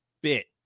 bit